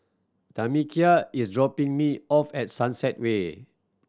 Tamekia is dropping me off at Sunset Way